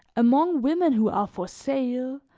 among women who are for sale,